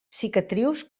cicatrius